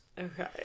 Okay